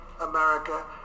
America